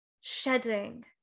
shedding